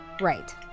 Right